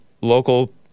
local